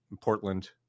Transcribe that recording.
Portland